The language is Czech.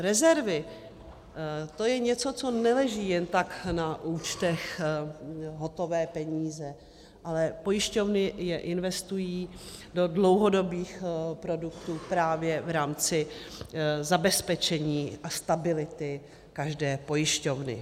Rezervy, to je něco, co neleží jen tak na účtech, hotové peníze, ale pojišťovny je investují do dlouhodobých produktů právě v rámci zabezpečení a stability každé pojišťovny.